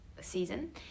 season